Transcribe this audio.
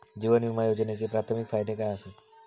जीवन विमा योजनेचे प्राथमिक फायदे काय आसत?